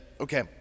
Okay